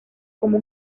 como